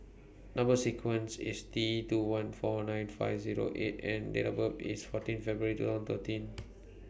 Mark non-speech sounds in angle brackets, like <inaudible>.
Number sequence IS T two one four nine five Zero eight and Date of birth IS fourteen February two thousand thirteen <noise>